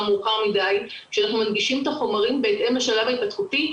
מאוחר מדי כשאנחנו מנגישים את החומרים בהתאם לשלב ההתפתחותי.